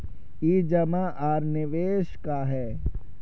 ई जमा आर निवेश का है?